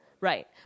Right